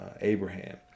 Abraham